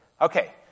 Okay